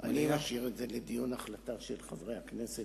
אני משאיר את זה להחלטה של חברי הכנסת,